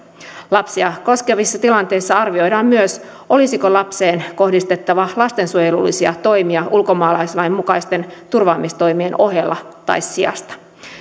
lapsia koskevissa tilanteissa arvioidaan myös olisiko lapseen kohdistettava lastensuojelullisia toimia ulkomaalaislain mukaisten turvaamistoimien ohella tai sijasta